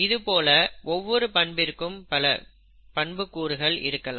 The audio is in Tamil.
இது போல ஒவ்வொரு பண்பிற்கும் பல பண்புக்கூறுகள் இருக்கலாம்